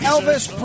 Elvis